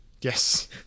yes